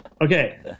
Okay